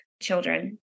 children